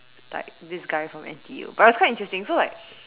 like this guy from N_T_U but it was quite interesting so like